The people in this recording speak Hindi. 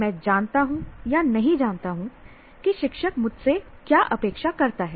मैं जानता नहीं जानता हूँ कि शिक्षक मुझसे क्या अपेक्षा करता है